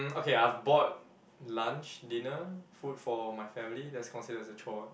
um okay I've bought lunch dinner food for my family that's considered as a chore [what]